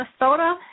Minnesota